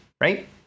right